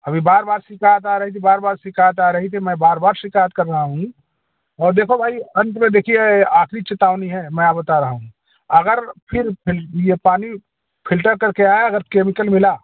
अभी बार बार शिकायत आ रही थी बार बार शिकायत आ रही थी मैं बार बार शिकायत कर रहा हूँ और देखो भाई अंत में देखिए आख़िरी चेतावनी है मैं आपको बता रहा हूँ अगर फिर फिर यह पानी फिल्टर कर के आए अगर केमिकल मिला